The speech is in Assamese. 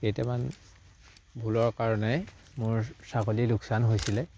কেইটামান ভুলৰ কাৰণে মোৰ ছাগলী লোকচান হৈছিলে